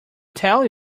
tell